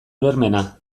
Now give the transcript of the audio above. ulermena